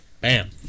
Bam